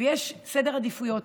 ויש סדר עדיפויות.